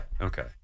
Okay